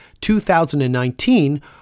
2019